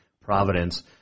Providence